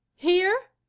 here?